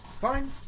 Fine